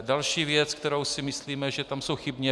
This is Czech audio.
Další věc, která si myslíme, že tam je chybně.